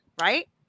right